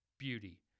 beauty